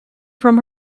from